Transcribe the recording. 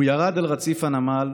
/ הוא ירד אל רציף הנמל,